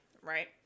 right